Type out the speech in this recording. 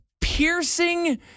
piercing